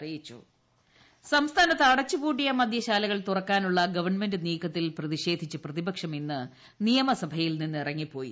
നിയമസഭ അടിയന്ത്രപ്രമേയം സംസ്ഥാനത്ത് അടച്ചുപൂട്ടിയ മദ്യശാലകൾ തുറക്കാനുള്ള ഗവൺമെന്റ് നീക്കത്തിൽ പ്രതിഷേധിച്ച് പ്രതിപക്ഷം ഇന്ന് നിയമസഭയിൽ നിന്നിറങ്ങിപ്പോയി